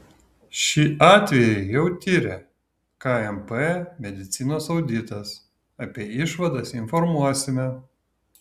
šį atvejį jau tiria kmp medicinos auditas apie išvadas informuosime